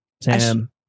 Sam